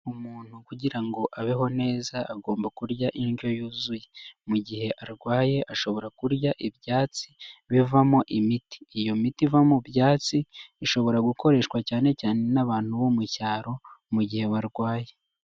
Umuntu kugirango abeho neza agomba kurya indyo yuzuye mu gihe arwaye ashobora kurya ibyatsi bivamo imiti, iyo miti iva mu byatsi ishobora gukoreshwa cyane cyane n'abantu bo mu cyaro mu gihe barwaye.